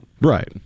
Right